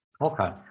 Okay